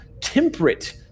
temperate